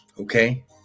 okay